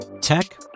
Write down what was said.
Tech